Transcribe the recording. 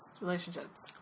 relationships